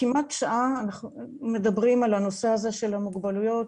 כמעט שעה מדברים על הנושא הזה של המוגבלויות,